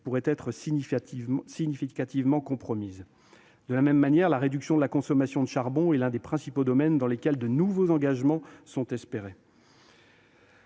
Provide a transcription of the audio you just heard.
pourrait être significativement compromise. De la même manière, la réduction de la consommation de charbon est l'un des principaux domaines dans lesquels de nouveaux engagements sont espérés.